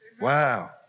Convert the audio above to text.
Wow